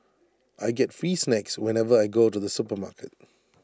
I get free snacks whenever I go to the supermarket